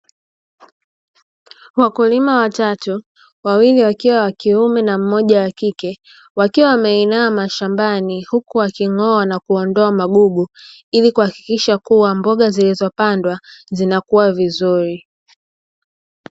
Wakulima watatu wawili wakiwa wa kiume na mmoja wa kike wakiwa wameinama shambani, huku waking'oa na kuondoa magugu ili kuhakikisha kuwa mboga zilizopandwa zinakuwa vizuri.